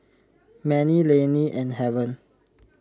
Manie Laney and Haven